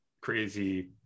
crazy